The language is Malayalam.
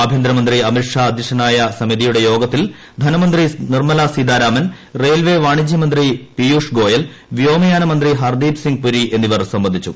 ആഭ്യന്തരമന്ത്രി അമിത്ഷാ അദ്ധ്യക്ഷനായ സമിതിയുടെ യോഗത്തിൽ ധനമന്ത്രി നിർമ്മല സീതാരാമൻ റെയിൽവേ വാണിജ്യമന്ത്രി പിയൂഷ് ഗോയൽ വ്യോമയാന മന്ത്രി ഹർദ്ദീപ് സിങ് പുരി എന്നിവർ സംബന്ധിച്ചു